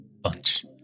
bunch